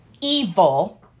evil